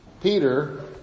Peter